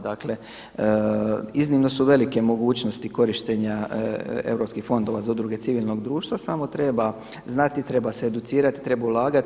Dakle iznimno su velike mogućnosti korištenja europskih fondova za udruge civilnog društva, samo treba znati, treba se educirati, treba ulagati.